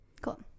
cool